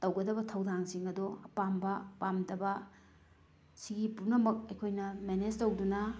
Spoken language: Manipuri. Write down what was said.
ꯇꯧꯒꯗꯕ ꯊꯧꯗꯥꯡꯁꯤꯡ ꯑꯗꯣ ꯑꯄꯥꯝꯕ ꯄꯥꯝꯗꯕ ꯁꯤꯒꯤ ꯄꯨꯝꯅꯃꯛ ꯑꯩꯈꯣꯏꯅ ꯃꯦꯅꯦꯖ ꯇꯧꯗꯨꯅ